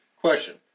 Question